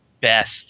best